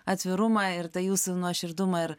atvirumą ir tą jūsų nuoširdumą ir